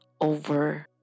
over